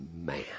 man